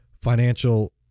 financial